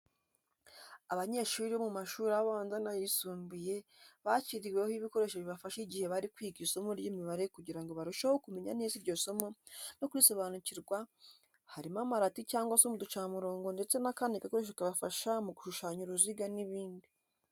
Abanyeshuri bo mu mashuri abanza n'ayisumbuye bashyiriweho ibikoresho bibafasha igihe bari kwiga isomo ry'imibare kugira ngo barusheho kumenya neza iryo somo no kurisobanukirwa, harimo amarati cyangwa se uducamurongo ndetse n'akandi gakoresho kabafasha mu gushushanya uruziga n'ibindi.